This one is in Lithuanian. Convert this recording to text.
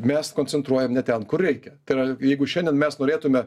mes koncentruojam ne ten kur reikia tai yra jeigu šiandien mes norėtume